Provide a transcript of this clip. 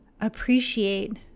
appreciate